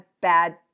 bad